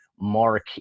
mark